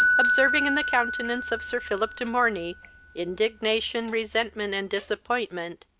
observing in the countenance of sir philip de morney indignation, resentment, and disappointment,